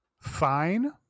fine